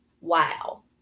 Wow